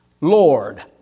Lord